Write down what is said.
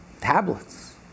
tablets